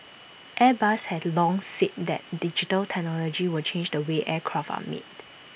airbus had long said that digital technology will change the way aircraft are made